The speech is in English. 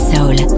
Soul